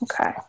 Okay